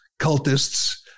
cultists